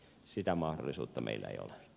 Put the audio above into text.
sitä mahdollisuutta meillä ei ole